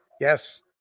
Yes